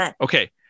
Okay